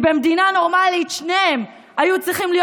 במדינה נורמלית שניהם היו צריכים להיות